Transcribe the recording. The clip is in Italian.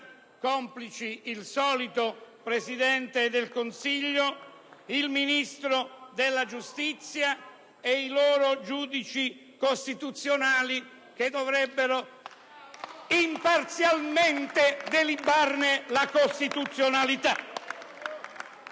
complici il solito Presidente del Consiglio, il Ministro della giustizia e i loro giudici costituzionali, che dovrebbero imparzialmente delibarne la costituzionalità.